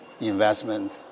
investment